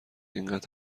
اینقد